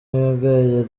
yagaye